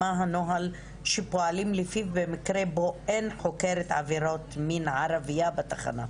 מה הנוהל שלפיו פועלים במקרה בו אין חוקרת עבירות מין ערבייה בתחנה?